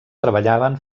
treballaven